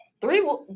three